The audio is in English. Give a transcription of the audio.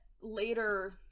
later